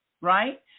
right